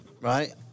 right